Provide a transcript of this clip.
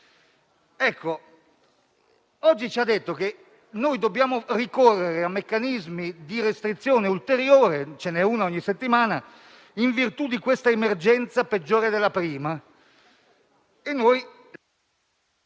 ci ha detto che dobbiamo ricorrere a meccanismi di restrizione ulteriore - ce n'è uno ogni settimana - in virtù di questa emergenza, peggiore della prima.